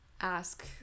ask